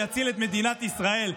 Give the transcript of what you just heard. ויציל את מדינת ישראל,